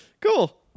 cool